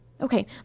Okay